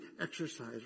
exercise